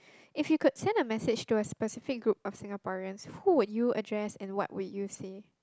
if you could send a message to a specific group of Singaporeans who would you address and what would you say